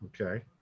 okay